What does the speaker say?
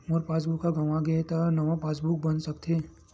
मोर passbook ह गंवा गे हे त का नवा पास बुक बन सकथे?